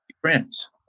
friends